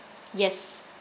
yes